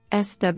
SW